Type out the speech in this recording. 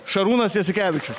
šarūnas jasikevičius